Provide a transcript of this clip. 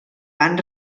van